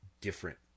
different